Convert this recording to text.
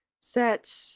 set